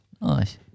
Nice